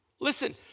Listen